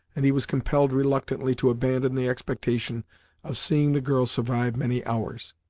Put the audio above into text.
and he was compelled reluctantly to abandon the expectation of seeing the girl survive many hours.